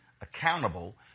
accountable